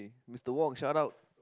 Mister-Wong shut up